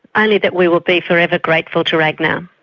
only that we will be forever grateful to ragnar.